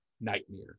nightmare